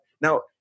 Now